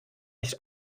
nicht